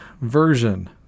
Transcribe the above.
version